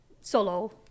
solo